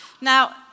Now